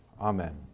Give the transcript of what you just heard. Amen